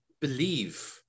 believe